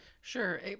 Sure